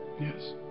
Yes